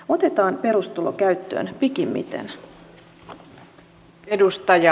otetaan perustulo käyttöön pikimmiten